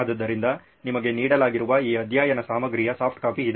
ಆದ್ದರಿಂದ ನಿಮಗೆ ನೀಡಲಾಗಿರುವ ಈ ಅಧ್ಯಯನ ಸಾಮಗ್ರಿಯ ಸಾಫ್ಟ್ ಕಾಪಿ ಇದೆ